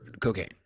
cocaine